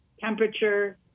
temperature